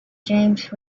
james